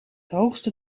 hoogste